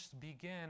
begin